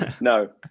No